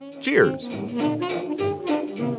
Cheers